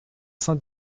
saint